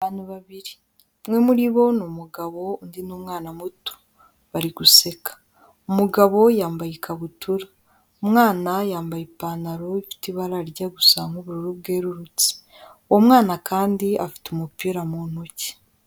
Abantu babiri, umwe muri bo ni umugabo undi n'umwana muto, bari guseka, umugabo yambaye ikabutura, umwana yambaye ipantaro ifite ibara rijya gusa nk'ubururu bwerurutse, uwo mwana kandi afite umupira mu ntoki.